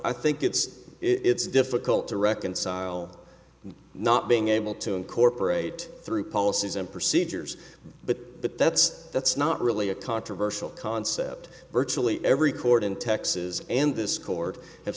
i think it's it's difficult to reconcile not being able to incorporate through policies and procedures but but that's that's not really a controversial concept virtually every court in texas and this court have